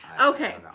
Okay